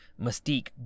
Mystique